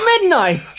midnight